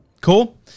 Cool